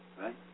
Right